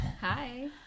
Hi